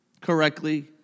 correctly